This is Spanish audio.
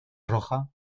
roja